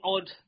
odd